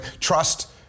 Trust